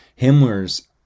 Himmler's